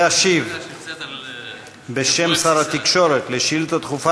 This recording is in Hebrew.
להשיב בשם שר התקשורת על שאילתה דחופה